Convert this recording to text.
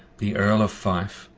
the earl of fife,